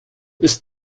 ist